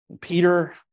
Peter